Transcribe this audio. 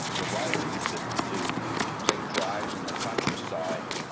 the writer, used to to take drives in the countryside,